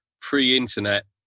pre-internet